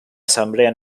asamblea